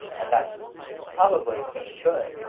and that's probably for the good,